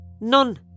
None